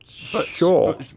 Sure